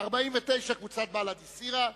לסעיף 49, קבוצת בל"ד הסירה.